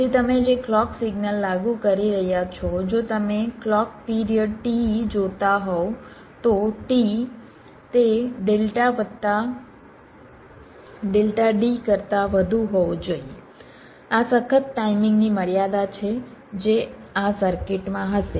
તેથી તમે જે ક્લૉક સિગ્નલ લાગુ કરી રહ્યાં છો જો તમે ક્લૉક પિરિયડ T જોતા હોવ તો T તે ડેલ્ટા વત્તા ડેલ્ટા D કરતાં વધુ હોવો જોઈએ આ સખત ટાઇમિંગની મર્યાદા છે જે આ સર્કિટમાં હશે